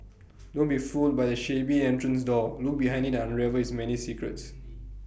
don't be fooled by the shabby entrance door look behind IT unravel its many secrets